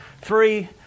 three